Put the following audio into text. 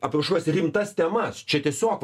apie kažkokias rimtas temas čia tiesiog